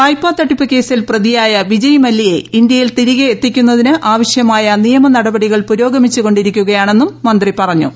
വായ്പാ തട്ടിപ്പ് കേസിൽ പ്രതിയായ വിജയ് മല്യയെ ഇന്ത്യയിൽ തിരികെ എത്തിക്കുന്നതിന് ആവശ്യമായ നിയമ നടപടികൾ പുരോഗമിച്ചു കൊ ിരിക്കുകയാണെന്നും മന്ത്രി പറഞ്ഞു